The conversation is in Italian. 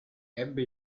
ebbe